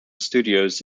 studios